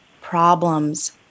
problems